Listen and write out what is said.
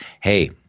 hey